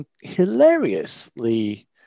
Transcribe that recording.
hilariously